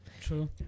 True